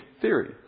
theory